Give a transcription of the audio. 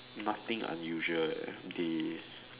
nothing unusual eh they